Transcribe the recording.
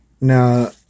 Now